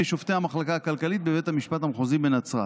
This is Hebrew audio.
בפני שופטי המחלקה הכלכלית בבית המשפט המחוזי בנצרת.